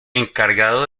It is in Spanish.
encargado